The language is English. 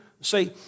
Say